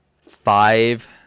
five